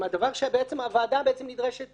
עם הדבר שהוועדה נדרשת